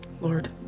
Lord